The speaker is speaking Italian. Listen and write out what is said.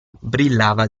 brillava